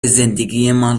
زندگیمان